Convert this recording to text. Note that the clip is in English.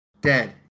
dead